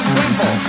people